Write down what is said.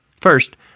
First